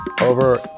Over